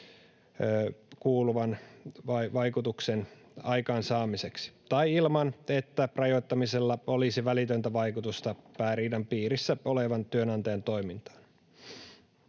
kuuluvan vaikutuksen aikaansaamiseksi tai ilman, että rajoittamisella olisi välitöntä vaikutusta pääriidan piirissä olevan työnantajan toimintaan.